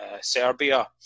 Serbia